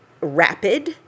rapid